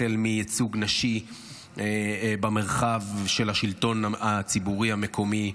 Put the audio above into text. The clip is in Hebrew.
החל מייצוג נשי במרחב של השלטון הציבורי המקומי.